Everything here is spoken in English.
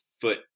foot